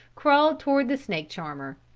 crawled toward the snake charmer.